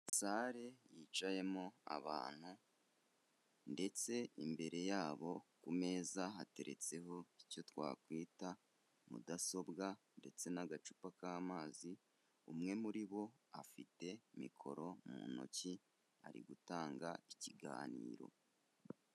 Sale yicayemo abantu ndetse imbere yabo ku meza hateretseho icyo twakwita mudasobwa ndetse n'agacupa k'amazi, umwe muri bo afite mikoro mu ntoki ari gutanga ikiganiro.